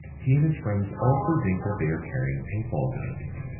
he and his friends also think that they are carrying paintball guns.